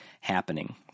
happening